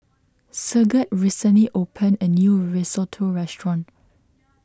Sigurd recently opened a new Risotto restaurant